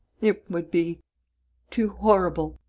it would be too horrible.